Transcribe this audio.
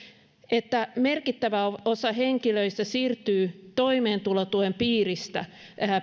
että merkittävä osa henkilöistä siirtyy toimeentulotuen piiristä